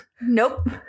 nope